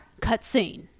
cutscene